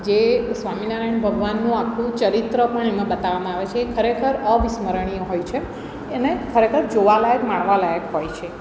જે સ્વામિનારાયણ ભગવાનનું આખું ચરિત્ર પણ એમાં બતાવવામા આવે છે ખરેખર અવિસ્મરણીય હોય છે એને ખરેખર જોવાલાયક માણવાલાયક હોય છે